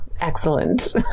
excellent